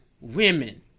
women